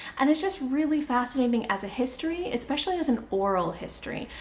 and it's just really fascinating as a history, especially as an oral history.